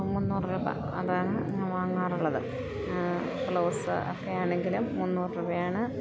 മുന്നൂറ് രൂപ അതാണ് ഞാൻ വാങ്ങാറുള്ളത് ബ്ലൗസ് ഒക്കെ ആണെങ്കിലും മുന്നൂറ് രൂപയാണ്